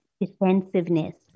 defensiveness